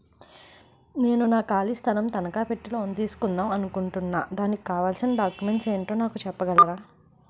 నేను నా ఖాళీ స్థలం ను తనకా పెట్టి లోన్ తీసుకుందాం అనుకుంటున్నా దానికి కావాల్సిన డాక్యుమెంట్స్ ఏంటో నాకు చెప్పగలరా?